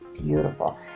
Beautiful